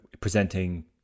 presenting